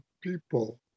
people